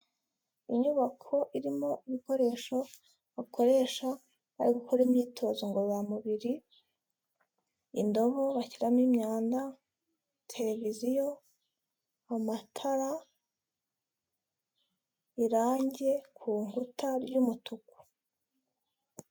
Inyubako irimo ibikoresho bakoresha ari gukora imyitozo ngororamubiri, indobo bashyiramo imyanda, televiziyo amatara, irangi ku nkuta ry'umutuku.